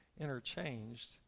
interchanged